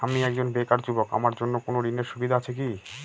আমি একজন বেকার যুবক আমার জন্য কোন ঋণের সুবিধা আছে কি?